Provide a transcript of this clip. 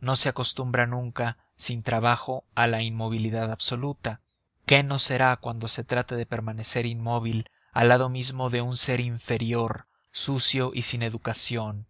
no se acostumbra nunca sin trabajo a la inmovilidad absoluta qué no será cuando se trate de permanecer inmóvil al lado mismo de un ser inferior sucio y sin educación